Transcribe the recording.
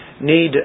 need